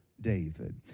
David